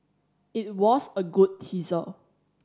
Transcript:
it was a good teaser